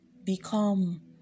become